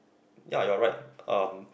ya you're right um